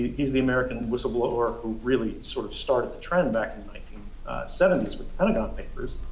he's the american whistleblower who really sort of started the trend back in the nineteen seventy s with the pentagon papers.